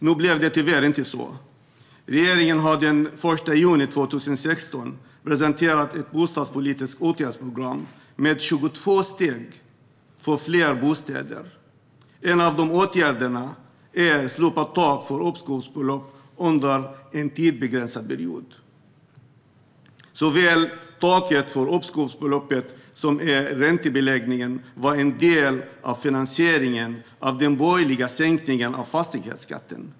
Nu blev det tyvärr inte så. Regeringen presenterade den 21 juni 2016 ett bostadspolitiskt åtgärdsprogram med 22 steg för fler bostäder. En av åtgärderna är slopat tak för uppskovsbelopp under en tidsbegränsad period. Såväl taket för uppskovsbeloppet som räntebeläggningen var en del av finansieringen av den borgerliga regeringens sänkning av fastighetsskatten.